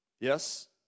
Yes